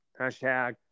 hashtag